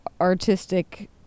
artistic